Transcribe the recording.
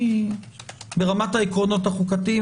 היא ברמת העקרונות החוקתיים,